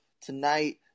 tonight